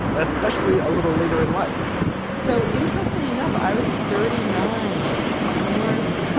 especially a little later in life so interestingly enough, i was thirty nine even worse,